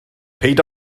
paid